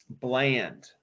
bland